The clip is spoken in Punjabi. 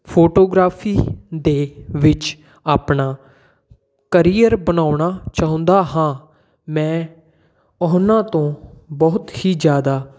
ਫੋਟੋਗ੍ਰਾਫੀ ਦੇ ਵਿੱਚ ਆਪਣਾ ਕਰੀਅਰ ਬਣਾਉਣਾ ਚਾਹੁੰਦਾ ਹਾਂ ਮੈਂ ਉਹਨਾਂ ਤੋਂ ਬਹੁਤ ਹੀ ਜ਼ਿਆਦਾ